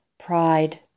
pride